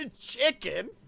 chicken